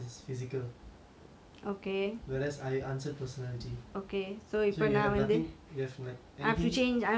whereas I answered personality so you have nothing so you have like anything no no I'm not asking you to change